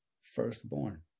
firstborn